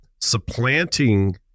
supplanting